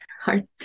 hard